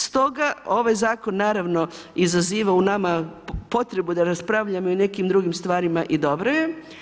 Stoga, ovaj zakon, naravno, izaziva u nama potrebu da raspravljamo o nekim drugim stvarima i dobro je.